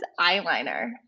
eyeliner